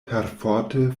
perforte